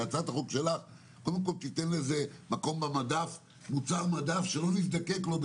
זה ייצור מוצר מדף שאני מקווה שלא נזדקק לו,